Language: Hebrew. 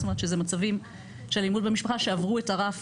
זאת אומרת שזה מצבים של אלימות במשפחה שעברו את הרף